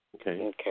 Okay